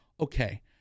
okay